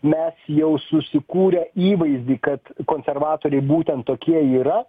mes jau susikūrę įvaizdį kad konservatoriai būtent tokie yra